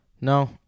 No